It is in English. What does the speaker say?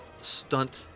stunt